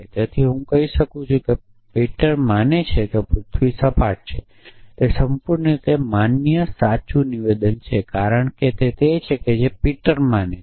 તેથી હું કહી શકું છું કે પેટર માને છે કે પૃથ્વી સપાટ છે તે સંપૂર્ણ રીતે માન્ય સાચું નિવેદન છે કારણ કે તે તે છે કે જે પીટર માને છે